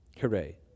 Hooray